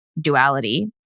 duality